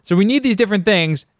so we need these different things.